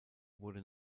wurde